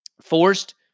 forced